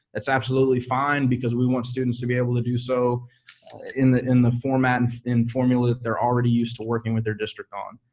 that's absolutely fine because we want students to be able to do so in the in the format and formula that they're already used to working with their district on.